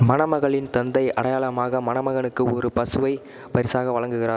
மணமகளின் தந்தை அடையாளமாக மணமகனுக்கு ஒரு பசுவை பரிசாக வழங்குகிறார்